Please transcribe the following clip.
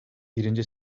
birinci